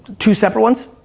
two separate ones?